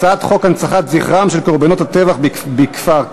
הצעת חוק הנצחת זכרם של קורבנות הטבח בכפר-קאסם,